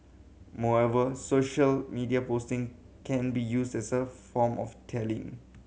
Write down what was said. moreover social media posting can be used as a form of tallying